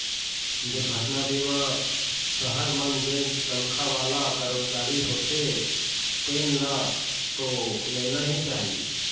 दुरघटना बीमा सहर मन जेन तनखा वाला करमचारी होथे तेन ल तो लेना ही चाही